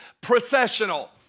processional